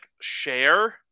share